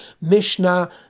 Mishnah